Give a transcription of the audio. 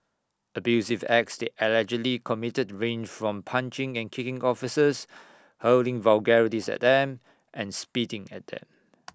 abusive acts allegedly committed range from punching and kicking officers hurling vulgarities at them and spitting at them